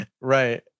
Right